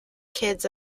kids